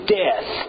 death